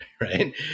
right